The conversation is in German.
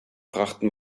brachten